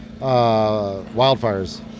wildfires